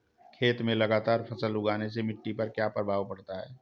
खेत में लगातार फसल उगाने से मिट्टी पर क्या प्रभाव पड़ता है?